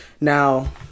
Now